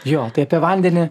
jo tai apie vandenį